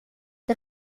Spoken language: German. der